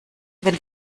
wenn